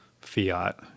Fiat